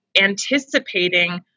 anticipating